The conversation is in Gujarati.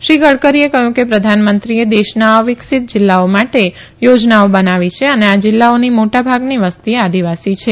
શ્રી ગડકરીએ કહયું કે પ્રધાનમંત્રીએ દેશના અવિકસિત જીલ્લાઓ માો યોજનાઓ બનાવી છે અને આ જીલ્લાઓની મો ાભાગની વસ્તી આદિવાસી છે